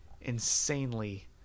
insanely